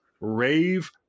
rave